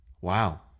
Wow